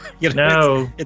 No